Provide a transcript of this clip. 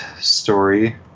story